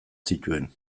zituen